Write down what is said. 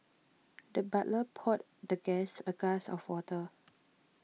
the butler poured the guest a glass of water